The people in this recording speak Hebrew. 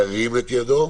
ירים את ידו?